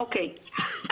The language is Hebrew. אוקיי,